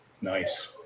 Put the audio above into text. Nice